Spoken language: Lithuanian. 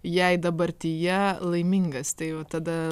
jei dabartyje laimingas tai va tada